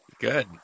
Good